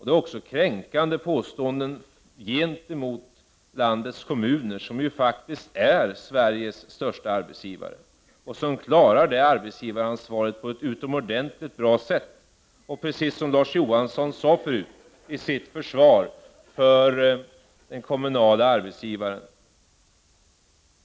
De är också kränkande påståenden gentemot landets kommuner, som faktiskt är Sveriges största arbetsgivare och klarar det arbetsgivaransvaret på ett utomordenligt bra sätt, precis som Larz Johansson sade förut i sitt försvar för den kommunala arbetsgivaren.